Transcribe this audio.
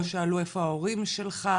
לא שאלו איפה ההורים שלך?